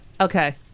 okay